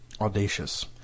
Audacious